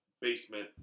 basement